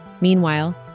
Meanwhile